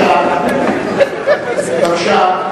אדוני,